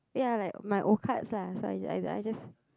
ya like my old cards lah so I just I I just